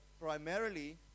primarily